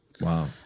Wow